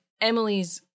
Emily's